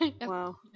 Wow